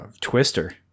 Twister